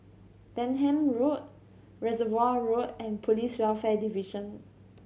Denham Road Reservoir Road and Police Welfare Division